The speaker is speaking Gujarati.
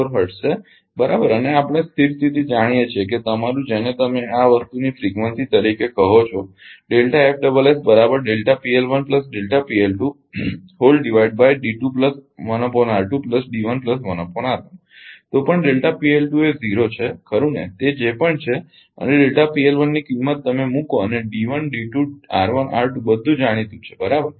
4 હર્ટ્ઝ છે બરાબર અને આપણે સ્થિર સ્થિતિ જાણીએ છીએ તમારુ જેને તમે આ વસ્તુની ફ્રિકવન્સી તરીકે કહો છો તો પણ એ 0 છે ખરુ ને તે જે પણ છે અને ની કિંમત તમે મૂકો અને D1 D2 R1 R2 બધું જાણીતું છે બરાબર